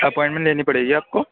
appointment لینی پڑے گی آپ کو